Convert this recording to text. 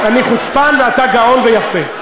אני חוצפן ואתה גאון ויפה.